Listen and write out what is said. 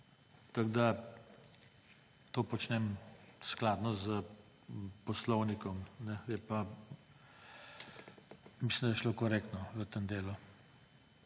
Tako da to počnem skladno s poslovnikom. Mislim, da je šlo korektno v tem delu.